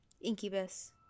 Incubus